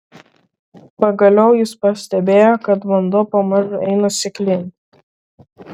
pagaliau jis pastebėjo kad vanduo pamažu eina seklyn